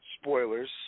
spoilers